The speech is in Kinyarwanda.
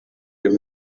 uyu